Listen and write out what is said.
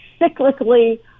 cyclically